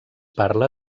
parla